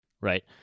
Right